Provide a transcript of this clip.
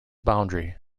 boundary